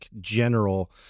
general –